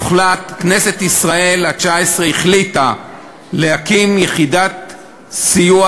כנסת ישראל התשע-עשרה החליטה להקים יחידת סיוע